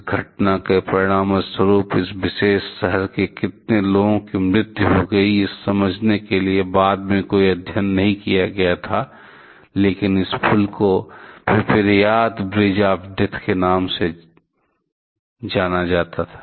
इस घटना के परिणामस्वरूप इस विशेष शहर के कितने लोगों की मृत्यु हो गई यह समझने के लिए बाद में कोई अध्ययन नहीं किया गया था लेकिन इस पुल को पिपरियात ब्रिज ऑफ़ डेथ का नाम दिया गया है